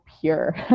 pure